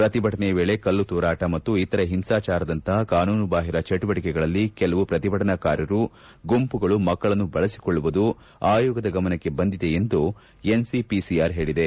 ಪ್ರತಿಭಟನೆಯ ವೇಳೆ ಕಲ್ಲು ತೂರಾಟ ಮತ್ತು ಇತರ ಹಿಂಸಾಚಾರದಂತಹ ಕಾನೂನುಬಾಹಿರ ಚಟುವಟಿಕೆಗಳಲ್ಲಿ ಕೆಲವು ಪ್ರತಿಭಟನಾಕಾರರ ಗುಂಪುಗಳು ಮಕ್ಕಳನ್ನು ಬಳಸಿಕೊಳ್ಳುವುದು ಆಯೋಗದ ಗಮನಕ್ಕೆ ಬಂದಿದೆ ಎಂದು ಎನ್ ಸಿಪಿಸಿಆರ್ ಹೇಳಿದೆ